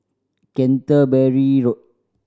Canterbury Road